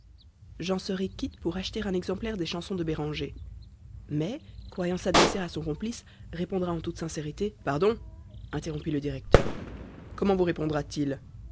j'en serai quitte pour acheter un exemplaire des chansons de béranger mai croyant s'adresser à son complice répondra en toute sincérité pardon interrompit le directeur comment vous répondra-t-il